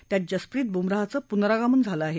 त्यात जसप्रित बुमराहचं पुनरागमन झालं आहे